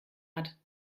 hat